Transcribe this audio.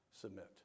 Submit